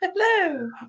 Hello